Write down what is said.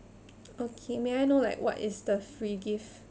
okay may I know like what is the free gift